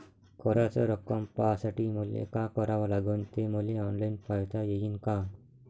कराच रक्कम पाहासाठी मले का करावं लागन, ते मले ऑनलाईन पायता येईन का?